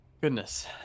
Goodness